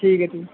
ਠੀਕ ਹੈ ਠੀਕ